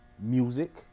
Music